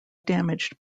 damaged